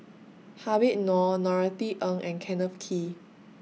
Habib Noh Norothy Ng and Kenneth Kee